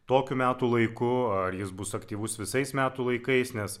tokiu metų laiku ar jis bus aktyvus visais metų laikais nes